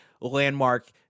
landmark